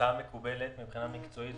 ההצעה מקובלת מבחינה מקצועית.